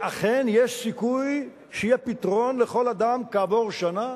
שאכן יש סיכוי שיהיה פתרון לכל אדם כעבור שנה?